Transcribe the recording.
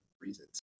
reasons